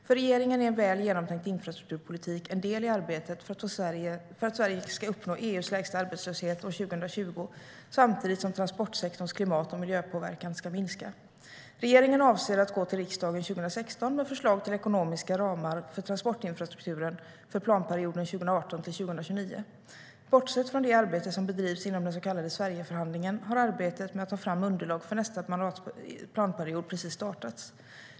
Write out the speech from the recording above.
För regeringen är en väl genomtänkt infrastrukturpolitik en del i arbetet för att Sverige ska uppnå EU:s lägsta arbetslöshet år 2020 samtidigt som transportsektorns klimat och miljöpåverkan ska minska. Regeringen avser att gå till riksdagen 2016 med förslag till ekonomiska ramar för transportinfrastrukturen för planperioden 2018-2029. Bortsett från det arbete som bedrivs inom den så kallade Sverigeförhandlingen har arbetet med att ta fram underlag för nästa planperiod precis startats.